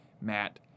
Matt